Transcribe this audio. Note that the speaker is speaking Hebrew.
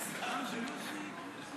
מזל שיש לך